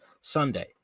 Sunday